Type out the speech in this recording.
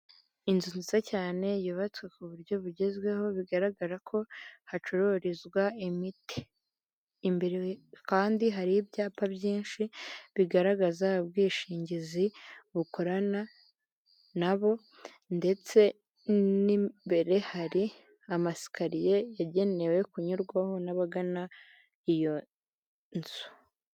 Inzu nziza cyane, yubatswe ku buryo bugezweho, bigaragara ko hacururizwa imiti, imbere kandi hari ibyapa byinshi bigaragaza ubwishingizi bukorana nabo, ndetse n'imbere hari amasikariye yagenewe kunyurwaho n'abagana iyo nzu.